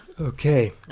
Okay